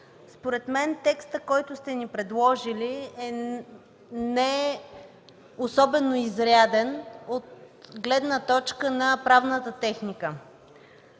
според мен текстът по § 4, който сте ни предложили, не е особено изряден от гледна точка на правната техника.